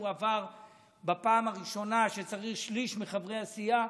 עבר בפעם הראשונה שצריך שליש מחברי הסיעה,